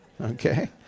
Okay